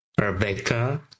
Rebecca